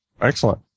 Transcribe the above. Excellent